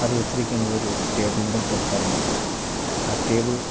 അത് വെച്ചിരിക്കുന്നതൊരു ടേബിളിൻ്റെ പുറത്തായിരുന്നു ആ ടേബിൾ